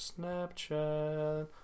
Snapchat